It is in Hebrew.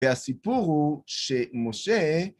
והסיפור הוא שמשה